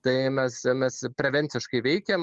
tai mes mes prevenciškai veikėm